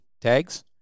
tags